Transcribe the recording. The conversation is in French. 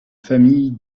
famille